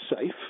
safe